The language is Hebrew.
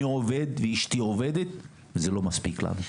אני עובד ואשתי עובדת, וזה לא מספיק לנו".